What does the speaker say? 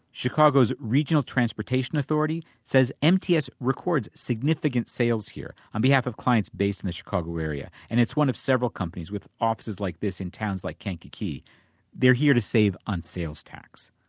chicago's regional transportation authority says mts records significant sales here, on behalf of clients based in the chicago area. and it's one of several companies with offices like this in towns like kankakee they're here to save on sales tax.